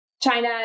China